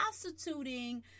prostituting